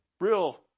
real